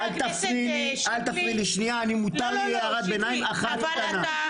אל תפריעי לי, מותר לי הערת ביניים אחת קטנה.